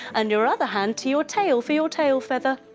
and your other hand to your tail for your tail feather.